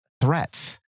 threats